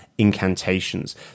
incantations